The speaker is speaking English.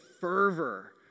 fervor